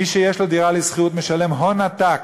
מי שיש לו דירה בשכירות משלם הון עתק